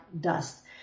dust